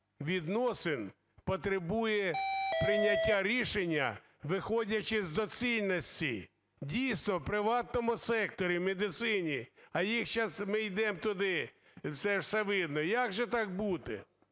відносин потребує прийняття рішення, виходячи з доцільності. Дійсно, в приватному секторі, в медицині, а їх сейчас, ми йдемо туди, це ж все видно. Як же так бути?